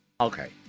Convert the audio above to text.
Okay